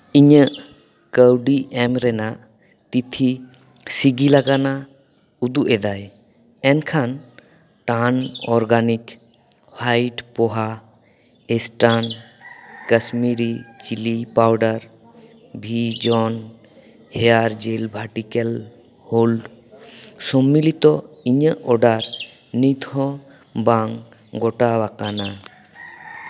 ᱤᱧᱟᱹᱜ ᱠᱟᱹᱣᱰᱤ ᱮᱢ ᱨᱮᱱᱟᱜ ᱛᱤᱛᱷᱤ ᱥᱤᱜᱤᱞ ᱟᱠᱟᱱᱟ ᱩᱫᱩᱜ ᱮᱫᱟᱭ ᱮᱱᱠᱷᱟᱱ ᱴᱟᱱ ᱚᱨᱜᱟᱱᱤᱠ ᱦᱟᱹᱭᱤᱴ poha eastern Kashmiri chilli powder ᱵᱷᱤᱡᱚᱱ ᱦᱮᱭᱟᱨ ᱡᱮᱞ ᱵᱷᱟᱴᱤᱠᱮᱞ ᱦᱳᱞᱰ ᱥᱚᱢᱢᱤᱞᱤᱛᱚ ᱤᱧᱟᱹᱜ ᱚᱰᱟᱨ ᱱᱤᱛᱦᱚᱸ ᱵᱟᱝ ᱜᱚᱴᱟᱣ ᱟᱠᱟᱱᱟ